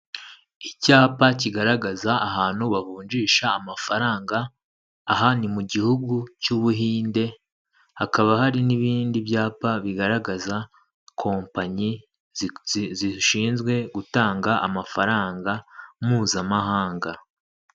Icyapa kigaragaza ahantu bavunjisha amafaranga, aha ni mu gihugu cy'Ubuhinde, hakaba hari n'ibindi byapa bigaragaza kompanyi zishinzwe gutanga amafaranga mpuzamahanga.